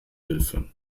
hilfe